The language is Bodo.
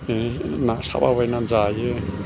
बिदिनो ना सालाबायनानै जायो